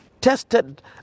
tested